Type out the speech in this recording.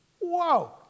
Whoa